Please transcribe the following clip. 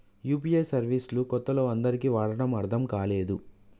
UPI service లు కొత్తలో అందరికీ వాడటం అర్థం కాలేదు